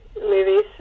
movies